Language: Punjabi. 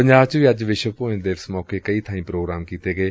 ਪੰਜਾਬ ਵਿਚ ਵੀ ਅੱਜ ਵਿਸ਼ਵ ਭੌਂ ਦਿਵਸ ਮੌਕੇ ਕਈ ਥਾਈਂ ਪ੍ਰੋਗਰਾਮ ਕੀਤੇ ਗਏ